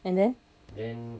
and the